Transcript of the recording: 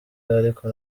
ariko